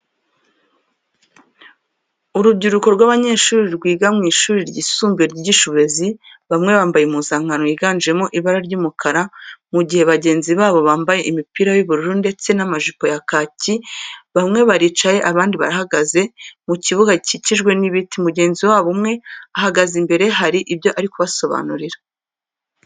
Urubyiruko rw'abanyeshuri rwiga mu ishuri ryisumbuye ryigisha uburezi, bamwe bambaye impuzankano yiganjemo ibara ry'umukara, mu gihe bagenzi babo bambaye imipira y'ubururu ndetse n'amajipo ya kaki. Bamwe baricaye abandi barahagaze mu kibuga gikikijwe n'ibiti. Mugenzi wabo umwe ahagaze imbere hari ibyo ari kubasobanurira.